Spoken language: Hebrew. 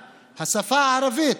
8(א) "השפה הערבית,